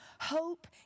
Hope